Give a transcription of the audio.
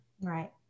Right